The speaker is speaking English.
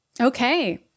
Okay